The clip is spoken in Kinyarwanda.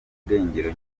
irengero